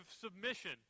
Submission